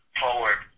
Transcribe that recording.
forward